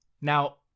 now